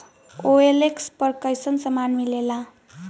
OLX पर कइसन सामान मीलेला?